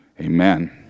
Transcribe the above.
amen